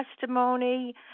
testimony